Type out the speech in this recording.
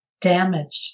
damaged